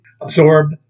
absorb